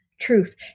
truth